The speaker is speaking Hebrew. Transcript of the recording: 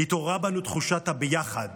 התעוררה בנו תחושת הביחד